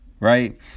Right